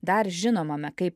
dar žinomame kaip